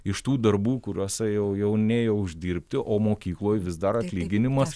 iš tų darbų kuriuose jau jau nėjo uždirbti o mokykloj vis dar atlyginimas